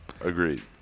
Agreed